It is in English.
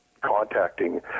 contacting